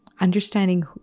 understanding